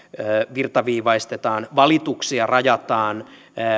virtaviivaistetaan valituksia rajataan